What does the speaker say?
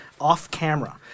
off-camera